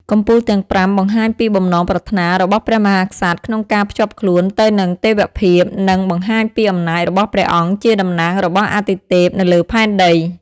កំពូលទាំងប្រាំបង្ហាញពីបំណងប្រាថ្នារបស់ព្រះមហាក្សត្រក្នុងការភ្ជាប់ខ្លួនទៅនឹងទេវភាព និងបង្ហាញពីអំណាចរបស់ព្រះអង្គជាតំណាងរបស់អាទិទេពនៅលើផែនដី។